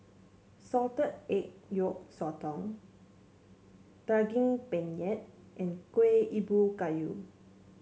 Salted Egg Yolk Sotong Daging Penyet and Kueh Ubi Kayu